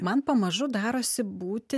man pamažu darosi būti